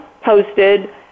posted